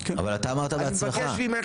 אבל אתה אמרת בעצמך --- אני מבקש ממך